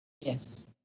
Yes